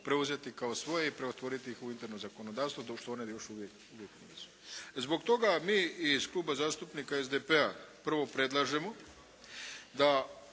preuzeti kao svoje i preotvoriti ih u interno zakonodavstvo dok to one još uvijek nisu. Zbog toga mi iz Kluba zastupnika SDP-a prvo predlažemo da